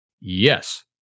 yes